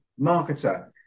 marketer